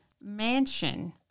Mansion